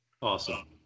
awesome